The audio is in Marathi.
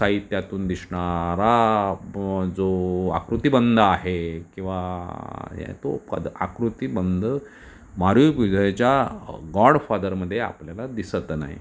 साहित्यातून दिसणारा पण जो आकृतीबंद आहे किंवा या तो कद आकृतीबंद मारिओ पुझा याच्या गॉडफादरमध्ये आपल्याला दिसत नाही